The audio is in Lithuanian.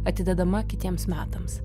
atidedama kitiems metams